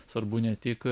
svarbu ne tik